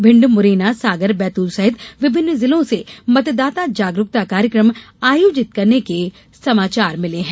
भिण्ड मुरैना सागर बैतूल सहित विभिन्न जिलों से मतदाता जागरूकता कार्यक्रम आयोजित करने के समाचार मिले हैं